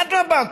אדרבה,